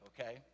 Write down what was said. okay